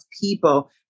people